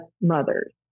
mothers